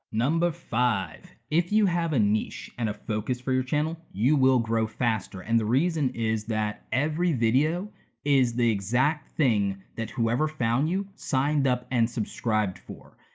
number five, if you have a niche and a focus for your channel, you will grow faster. and the reason is that every video is the exact thing that whoever found you signed up and subscribed for.